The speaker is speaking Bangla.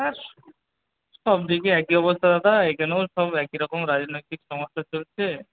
হ্যাঁ সবদিকে একই অবস্থা দাদা এখানেও সব একইরকম রাজনৈতিক সমস্যা চলছে